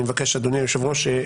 אני מבקש אדוני היושב ראש,